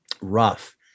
rough